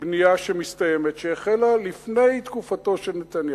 בנייה שמסתיימת, שהחלה לפני תקופתו של נתניהו.